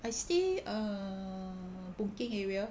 I stay err boon keng area